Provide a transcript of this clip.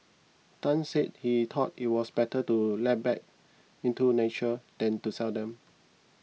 Tan said he thought it was better to let back into nature than to sell them